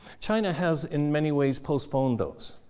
china has, in many ways, postponed those.